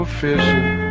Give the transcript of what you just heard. fishing